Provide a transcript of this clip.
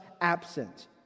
absent